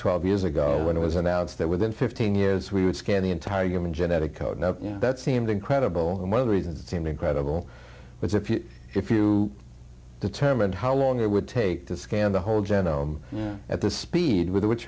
twelve years ago when it was announced that within fifteen years we would scan the entire human genetic code that seemed incredible and one of the reasons it seemed incredible was if you if you determined how long it would take to scan the whole jeno at the speed with wh